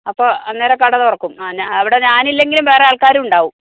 അപ്പോൾ അന്നേരം കട തുറക്കും ആ എന്നാ അവിടെ ഞാനില്ലെങ്കിലും വേറെ ആൾക്കാരുണ്ടാകും